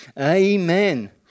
Amen